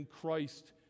Christ